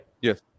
Yes